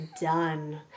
done